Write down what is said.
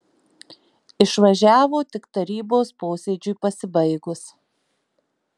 išvažiavo tik tarybos posėdžiui pasibaigus